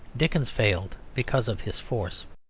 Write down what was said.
dickens failed because of his force.